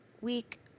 week